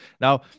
Now